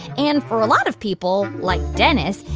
and for a lot of people, like dennis,